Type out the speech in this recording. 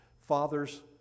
Fathers